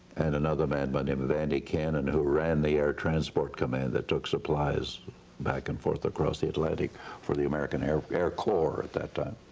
and another man by the name of andy cannon who ran the air transport command that took supplies back and forth across the atlantic for the american air air corps at that time.